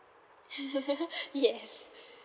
yes